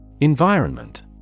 Environment